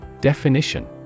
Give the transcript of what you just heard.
Definition